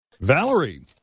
Valerie